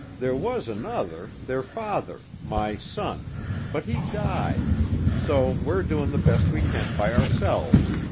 there was another, their father my son but he died so we're doin' the best we can by ourselves.